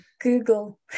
Google